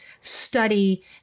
study